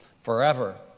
forever